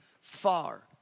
far